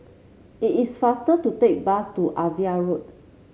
it is faster to take bus to Ava Road